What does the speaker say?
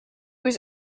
was